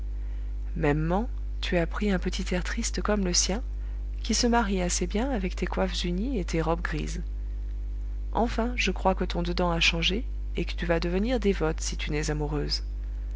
mêmement tu as pris un petit air triste comme le sien qui se marie assez bien avec tes coiffes unies et tes robes grises enfin je crois que ton dedans a changé et que tu vas devenir dévote si tu n'es amoureuse